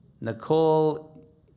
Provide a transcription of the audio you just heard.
Nicole